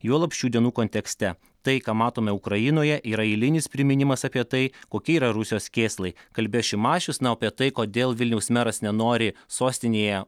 juolab šių dienų kontekste tai ką matome ukrainoje yra eilinis priminimas apie tai kokie yra rusijos kėslai kalbės šimašius na o apie tai kodėl vilniaus meras nenori sostinėje